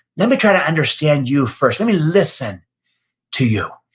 let me try to understand you first. let me listen to you.